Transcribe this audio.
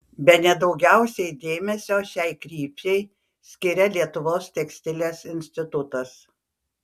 bene daugiausiai dėmesio šiai krypčiai skiria lietuvos tekstilės institutas